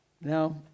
Now